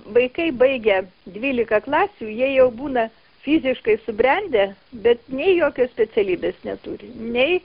vaikai baigę dvylika klasių jie jau būna fiziškai subrendę bet nei jokios specialybės neturi nei